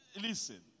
Listen